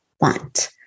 want